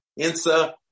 Insa